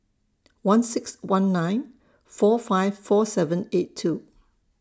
one six one nine four five four seven eight two